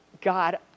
God